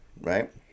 right